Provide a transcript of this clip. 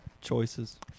choices